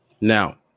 Now